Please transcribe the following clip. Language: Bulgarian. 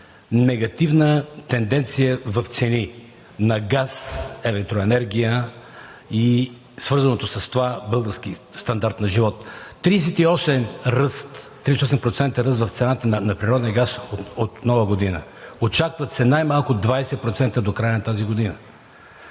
негативна тенденция за цени на газ, електроенергия и свързания с това български стандарт на живот. Тридесет и осем процента ръст в цената на природния газ от Нова година?! Очакват се най-малко 20% до края на тази година.